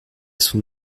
son